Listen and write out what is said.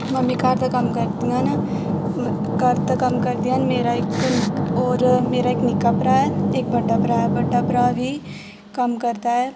mummy घर दा कम्म करदियां न घर दा कम्म करदियां न मेरा इक होर मेरा इक निक्का भ्राऽ ऐ इक बड्डा भ्राऽ ऐ बड्डा भ्राऽ बी कम्म करदा ऐ